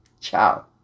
Ciao